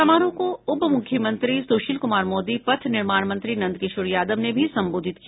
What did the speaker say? समारोह को उपमुख्यमंत्री सुशील कुमार मोदी पथ निर्माण मंत्री नंदकिशोर यादव ने भी संबोधित किया